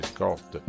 Scott